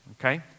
okay